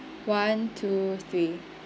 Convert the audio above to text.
one two three